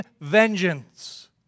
vengeance